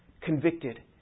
convicted